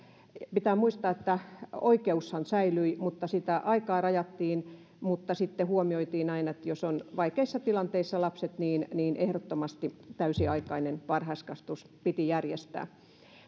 pitää muistaa että oikeushan säilyi mutta sitä aikaa rajattiin mutta sitten huomioitiin aina että jos lapset ovat vaikeissa tilanteissa niin niin ehdottomasti täysiaikainen varhaiskasvatus piti järjestää